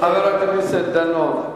חבר הכנסת דנון.